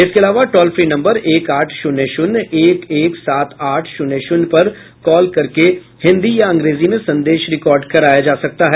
इसके अलावा toll free number एक आठ शून्य शून्य एक एक सात आठ शून्य शून्य पर कॉल करके हिन्दी या अंग्रेजी में संदेश रिकार्ड कराया जा सकता है